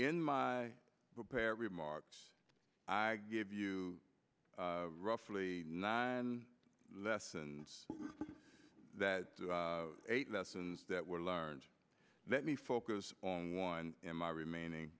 in my prepared remarks i give you roughly nine lessons that eight lessons that were learned let me focus on one in my remaining